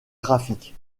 graphique